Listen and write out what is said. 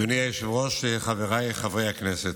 אדוני היושב-ראש, חבריי חברי הכנסת,